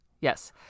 Yes